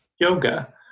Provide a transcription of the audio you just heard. yoga